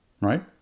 right